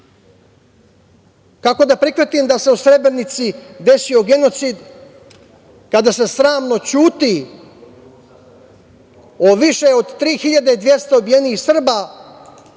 da prihvatim da se u Srebrenici desio genocid, kada se sramno ćuti o više o 3.200 ubijenih Srba